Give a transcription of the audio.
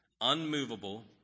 unmovable